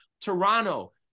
toronto